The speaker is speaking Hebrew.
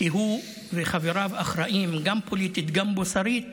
כי הוא וחבריו אחראים, גם פוליטית וגם מוסרית,